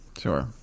Sure